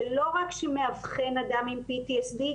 שלא רק שמאבחן אדם עם PTSD,